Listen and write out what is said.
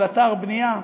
על אתר בנייה.